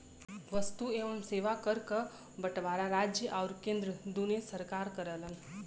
वस्तु एवं सेवा कर क बंटवारा राज्य आउर केंद्र दूने सरकार करलन